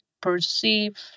perceive